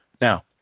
Now